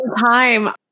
time